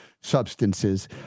substances